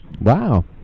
Wow